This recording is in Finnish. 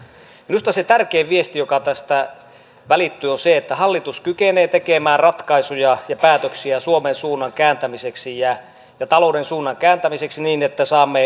minusta se tärkein viesti joka tästä välittyy on se että hallitus kykenee tekemään ratkaisuja ja päätöksiä suomen suunnan kääntämiseksi ja talouden suunnan kääntämiseksi niin että saamme työllisyyden kasvuun